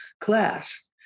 class